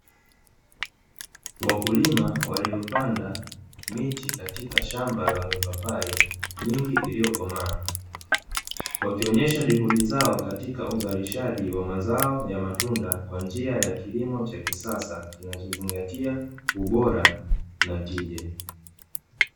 Wakulima waliopanda miti katika shamba la mipapai mingi iliyoakomaa, wakionesha juhudi zao katika uzalishaji wa mazao ya matunda kwa njia ya kilimo cha kisasa kinachozingatia ubora na tija.